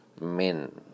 men